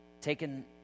Taken